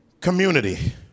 Community